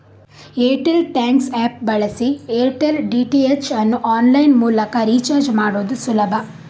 Airtel thanks app ಬಳಸಿ Airtel DTH ಅನ್ನು online ಮೂಲಕ ರೀಚಾರ್ಜ್ ಮಾಡುದು ಸುಲಭ